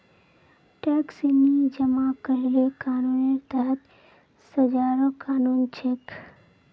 tax नी जमा करले कानूनेर तहत सजारो कानून छेक